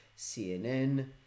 CNN